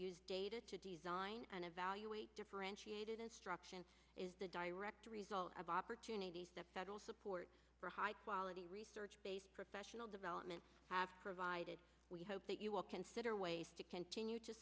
design and evaluate differentiated instruction is the direct result of opportunities that federal support for high quality research based professional development have provided we hope that you will consider ways to continue to